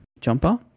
jumper